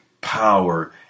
power